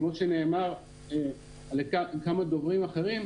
כמו שנאמר על ידי כמה דוברים אחרים,